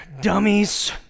dummies